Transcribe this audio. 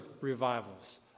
revivals